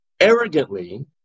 arrogantly